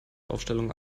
aufstellung